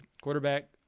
quarterback